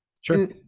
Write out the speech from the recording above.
Sure